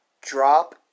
drop